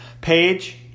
page